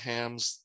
Hams